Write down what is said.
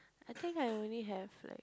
I think I only have like